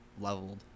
leveled